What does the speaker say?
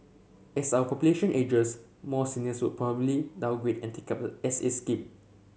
as our population ages more seniors would probably downgrade and take up the S A scheme